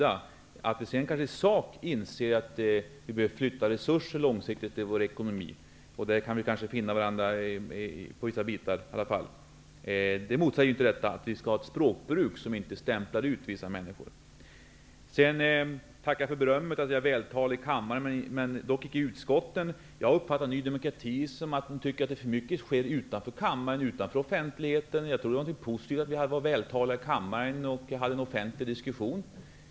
Att vi sedan i sak inser att ekonomiska resurser långsiktigt behöver flyttas -- vi kan kanske finna varandra på vissa områden i de diskussionerna -- motsäger inte att vi skall ha ett språkbruk som inte stämplar ut vissa grupper av människor. Jag tackar för berömmet att jag är vältalig i kammaren, dock icke i utskotten. Jag uppfattar Ny demokrati som att man tycker att det sker för mycket utanför kammaren, utanför offentligheten. Jag trodde att det var positivt att vi var vältaliga i kammaren och att vi hade en offentlig diskussion.